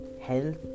health